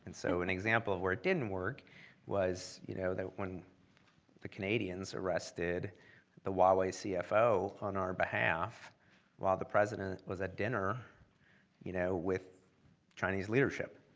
so an example of where it didn't work was you know when the canadians arrested the huawei cfo on our behalf while the president was at dinner you know with chinese leadership.